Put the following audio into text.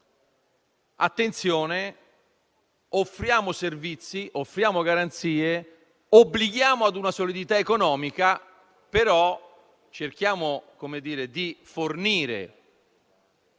attenzione, offriamo servizi e garanzie e obblighiamo a una solidità economica, però cerchiamo di fornire